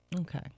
Okay